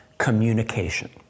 communication